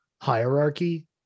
hierarchy